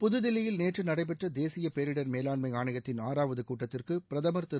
புத்தில்லியில் நேற்று நடைபெற்ற தேசிய பேரிடர் மேலாண்மை ஆணையத்தின் ஆறாவது கூட்டத்துக்கு பிரதமர் திரு